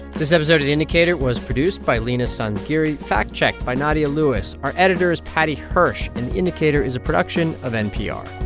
this episode of the indicator was produced by leena sanzgiri, fact-checked by nadia lewis. our editor is paddy hirsch, and the indicator is a production of npr